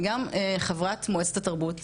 אני גם חברת מועצת התרבות